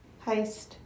Heist